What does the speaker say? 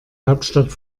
hauptstadt